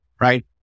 right